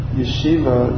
yeshiva